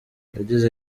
yagize